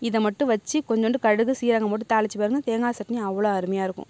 இதை மட்டும் வச்சு கொஞ்சோண்டு கடுகு சீரகம் போட்டு தாளிச்சி பாருங்க தேங்காய் சட்னி அவ்வளோ அருமையாயிருக்கும்